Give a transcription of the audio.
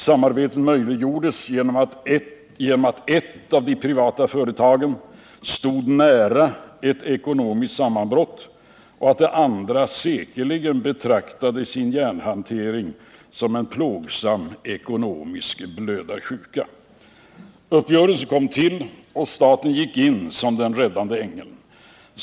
Samarbetet möjliggjordes genom att ett av de privata företagen stod nära ett ekonomiskt sammanbrott och att det andra säkerligen betraktade sin järnhantering som en plågsam ekonomisk blödarsjuka. Uppgörelsen kom till, och staten gick in som den räddande ängeln.